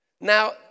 Now